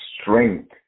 strength